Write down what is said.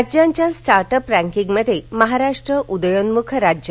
राज्यांच्या स्टार्टअप रँकींगमध्ये महाराष्ट्र उदयोन्मुख राज्य